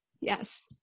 Yes